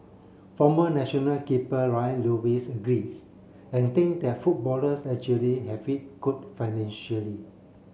former national keeper Lion Lewis agrees and think that footballers actually have it good financially